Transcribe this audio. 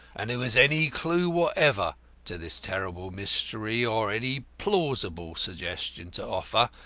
and who has any clue whatever to this terrible mystery or any plausible suggestion to offer,